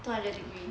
two hundred degree